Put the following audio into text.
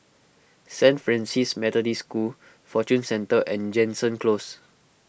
Saint Francis Methodist School Fortune Centre and Jansen Close